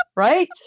right